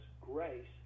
grace